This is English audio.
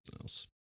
else